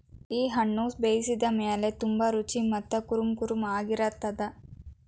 ಈ ಹಣ್ಣುನ ಬೇಯಿಸಿದ ಮೇಲ ತುಂಬಾ ರುಚಿ ಮತ್ತ ಕುರುಂಕುರುಂ ಆಗಿರತ್ತದ